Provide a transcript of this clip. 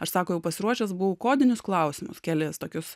aš sako jau pasiruošęs buvau kodinius klausimus kelis tokius